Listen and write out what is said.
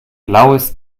blaues